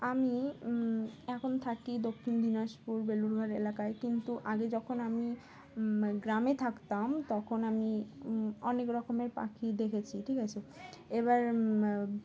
আমি এখন থাকি দক্ষিণ দিনাজপুর বেলুড়ঘাট এলাকায় কিন্তু আগে যখন আমি গ্রামে থাকতাম তখন আমি অনেক রকমের পাখি দেখেছি ঠিক আছে এবার